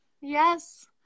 yes